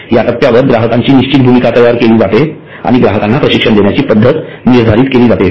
या टप्प्यावर ग्राहकाची निश्चित भूमिका तयार केली जाते आणि ग्राहकांना प्रशिक्षण देण्याची पद्धत निर्धारित केली जाते